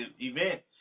event